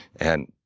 and